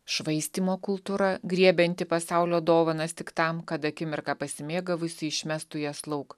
švaistymo kultūra griebianti pasaulio dovanas tik tam kad akimirką pasimėgavusi išmestų jas lauk